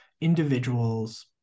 individuals